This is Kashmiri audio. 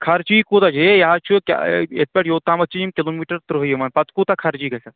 خرچی کوٗتاہ چھ ہے یہِ حظ چھُ ییٚتہِ پٮ۪ٹھ یوتامَتھ چھِ یِم کِلوٗمیٖٹر تٕرٛہ یِوان پَتہٕ کوٗتاہ خرچی گژھن